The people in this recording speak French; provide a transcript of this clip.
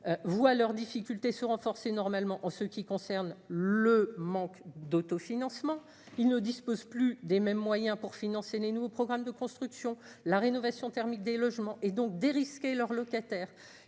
voient leurs difficultés se renforcer normalement en ce qui concerne le manque d'autofinancement, il ne dispose plus des mêmes moyens pour financer les nouveaux programmes de construction la rénovation thermique des logements et donc des risques et leurs locataires